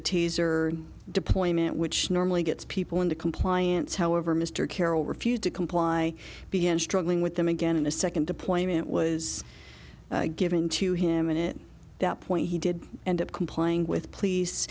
a taser deployment which normally gets people into compliance however mr carroll refused to comply began struggling with them again and a second deployment was given to him and in that point he did end up complying with p